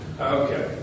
Okay